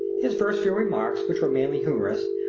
his first few remarks, which were mainly humorous,